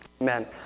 Amen